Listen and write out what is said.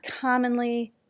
commonly